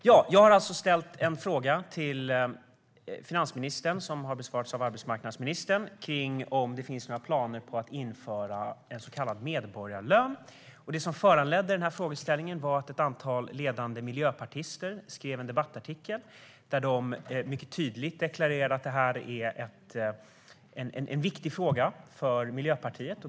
Fru talman! Jag har frågat finansministern om det finns några planer på att införa så kallad medborgarlön. Frågan besvaras av arbetsmarknadsministern. Det som föranledde frågan var att ett antal ledande miljöpartister skrev en debattartikel där de tydligt deklarerade att det är en viktig fråga för Miljöpartiet.